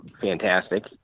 fantastic